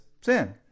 Sin